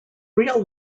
real